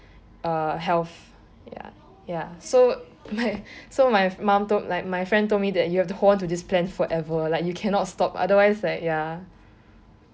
uh health ya ya so so my mum told like my friend told me that you have to hold on this plan forever like you cannot stop otherwise like ya